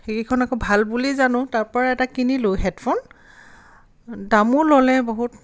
সেইকেইখন আকৌ ভাল বুলি জানোঁ তাৰপৰাই এটা কিনিলোঁ হে'ডফোন দামো ল'লে বহুত